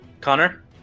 Connor